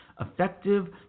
effective